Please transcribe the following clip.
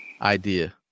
idea